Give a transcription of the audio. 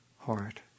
heart